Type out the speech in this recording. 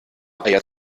eier